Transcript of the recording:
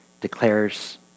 declares